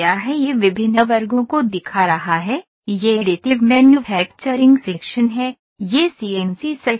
यह विभिन्न वर्गों को दिखा रहा है यह एडिटिव मैन्युफैक्चरिंग सेक्शन है यह सीएनसी सेक्शन है